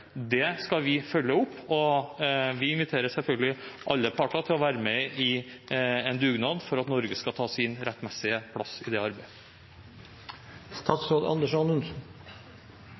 Det skal vi følge opp, og vi inviterer selvfølgelig alle parter til å være med i en dugnad for at Norge skal ta sin rettmessige plass i det